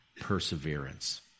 perseverance